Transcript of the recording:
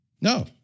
No